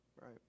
right